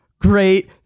great